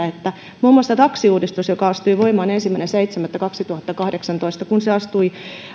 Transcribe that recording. että muun muassa taksiuudistuksen kohdalla joka astui voimaan ensimmäinen seitsemättä kaksituhattakahdeksantoista on niin että kun se astui